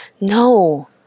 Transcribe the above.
no